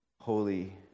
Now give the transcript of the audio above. holy